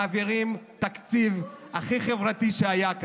מעבירים תקציב הכי חברתי שהיה כאן,